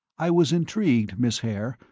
i was intrigued, miss haer,